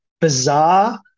bizarre